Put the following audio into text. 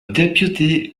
deputy